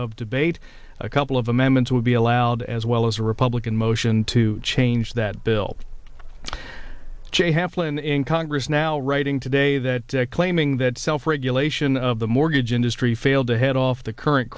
of debate a couple of amendments would be allowed as well as a republican motion to change that bill j half land in congress now writing today that claiming that self regulation of the mortgage industry failed to head off the current